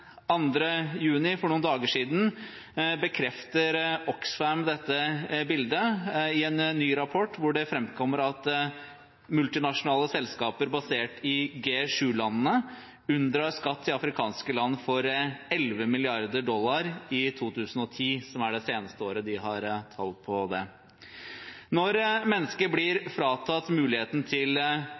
juni, altså for noen få dager siden, bekreftet Oxfam dette bildet i en ny rapport, hvor det framkommer at multinasjonale selskaper basert i G7-landene unndro skatt til afrikanske land for 11 mrd. dollar i 2010, som er det seneste året de har tall på det fra. Når mennesker blir fratatt muligheten til